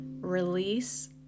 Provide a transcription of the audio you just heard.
Release